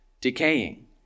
decaying